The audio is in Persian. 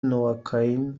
نواکائین